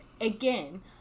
again